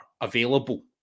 available